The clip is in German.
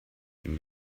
den